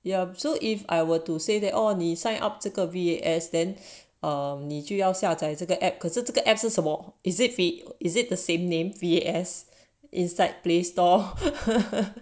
ya so if I were to say that oh 你 sign up 这个 V_A_S then 你就要下载这个 app 可是这个 app 是什么 is it fit is it the same name as inside play store